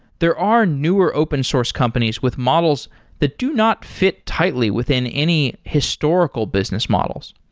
there are newer open source companies with models that do not fit tightly within any historical business models.